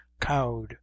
cowed